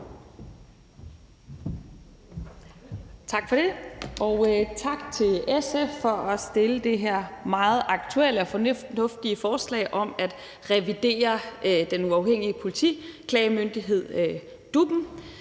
Tak for det. Og tak til SF for at fremsætte det her meget aktuelle og fornuftige forslag om at revidere Den Uafhængige Politiklagemyndighed, DUP'en,